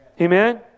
Amen